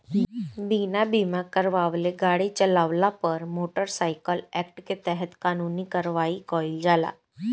बिना बीमा करावले गाड़ी चालावला पर मोटर साइकिल एक्ट के तहत कानूनी कार्रवाई कईल जाला